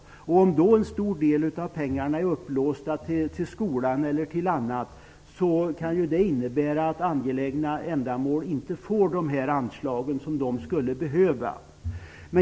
Om då en stor del av pengarna är upplåsta till skolan eller till annat kan det innebära att angelägna ändamål inte får de anslag som de skulle behöva.